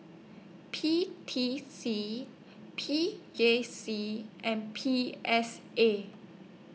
P T C P J C and P S A